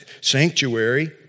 sanctuary